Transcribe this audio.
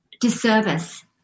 disservice